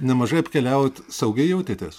nemažai apkeliavot saugiai jautėtės